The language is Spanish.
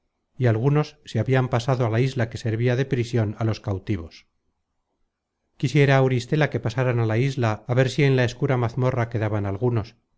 y algunos se habian pasado á la isla que servia de prision á los cautivos quisiera auristela que pasaran á la isla á ver si en la escura mazmorra quedaban algunos